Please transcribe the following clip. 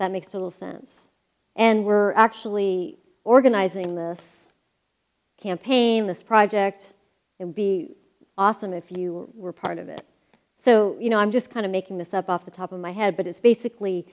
that makes little sense and we're actually organizing the campaign this project and be awesome if you were part of it so you know i'm just kind of making this up off the top of my head but it's basically